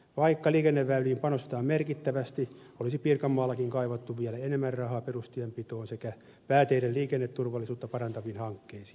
vaikka liikenneväyliin panostetaan merkittävästi olisi pirkanmaallakin kaivattu vielä enemmän rahaa perustienpitoon sekä pääteiden liikenneturvallisuutta parantaviin hankkeisiin